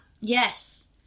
Yes